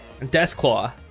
Deathclaw